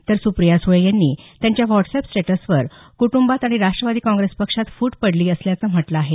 तर सुप्रिया सुळे यांनी त्यांच्या व्हाटस्अॅप स्टेटसवर कुटंबात आणि राष्ट्रवादी काँग्रेस पक्षात फूट पडली असल्याचं म्हटलं आहे